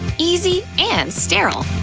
easy and sterile!